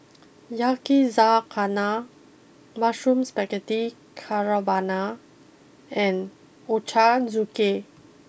Yakizakana Mushroom Spaghetti Carbonara and Ochazuke